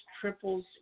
triples